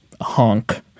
honk